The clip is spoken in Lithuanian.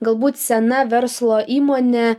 galbūt sena verslo įmonė